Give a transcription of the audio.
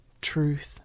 truth